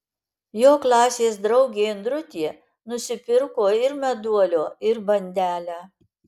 jo klasės draugė indrutė nusipirko ir meduolio ir bandelę